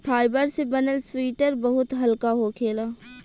fibre से बनल sweater बहुत हल्का होखेला